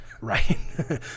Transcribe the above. right